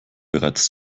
bereits